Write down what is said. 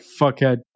fuckhead